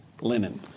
linen